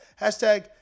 Hashtag